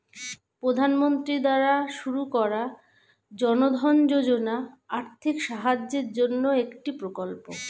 প্রধানমন্ত্রী দ্বারা শুরু করা জনধন যোজনা আর্থিক সাহায্যের জন্যে একটি প্রকল্প